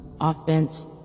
offense